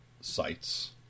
sites